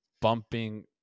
bumping